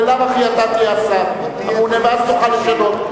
בלאו הכי אתה תהיה השר הממונה ואז תוכל לשנות.